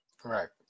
Correct